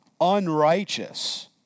Unrighteous